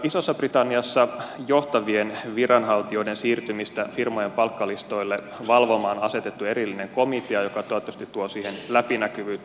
isossa britanniassa johtavien viranhaltijoiden siirtymistä firmojen palkkalistoille on asetettu valvomaan erillinen komitea joka toivottavasti tuo siihen läpinäkyvyyttä